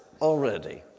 already